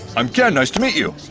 i'm ken, nice to meet you.